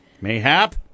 Mayhap